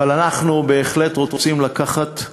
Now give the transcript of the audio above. אבל אנחנו בהחלט רוצים לקחת,